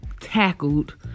tackled